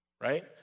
Right